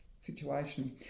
situation